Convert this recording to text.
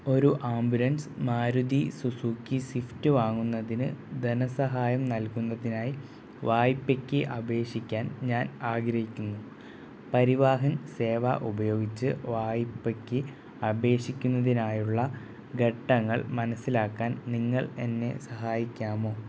ഒരു ambulance Maruti Suzuki Swift വാങ്ങുന്നതിന് ധനസഹായം നൽകുന്നതിനായി വായ്പയ്ക്ക് അപേക്ഷിക്കാൻ ഞാൻ ആഗ്രഹിക്കുന്നു പരിവാഹൻ സേവ ഉപയോഗിച്ച് വായ്പയ്ക്ക് അപേക്ഷിക്കുന്നതിനായുള്ള ഘട്ടങ്ങൾ മനസിലാക്കാൻ നിങ്ങൾ എന്നെ സഹായിക്കാമോ